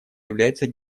является